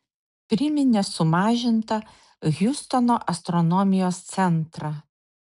priminė sumažintą hjustono astronomijos centrą